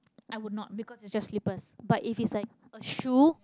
i would not because it's just slippers but if it's like a shoe